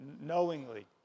knowingly